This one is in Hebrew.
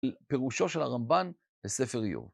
פירושו של הרמבן בספר איוב.